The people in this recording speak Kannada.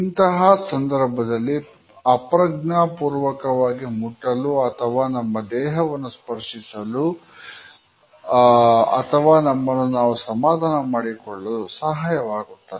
ಇಂತಹ ಸಂದರ್ಭದಲ್ಲಿ ಅಪ್ರಜ್ಞಾಪೂರ್ವಕವಾಗಿ ಮುಟ್ಟಲು ಅಥವಾ ನಮ್ಮ ದೇಹವನ್ನು ಸ್ಪರ್ಶಿಸಲು ಅಥವಾ ನಮ್ಮನ್ನು ನಾವು ಸಮಾಧಾನ ಮಾಡಿಕೊಳ್ಳಲು ಸಹಾಯವಾಗುತ್ತದೆ